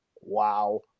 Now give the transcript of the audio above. Wow